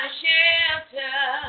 shelter